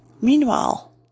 Meanwhile